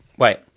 Wait